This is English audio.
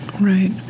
Right